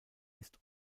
ist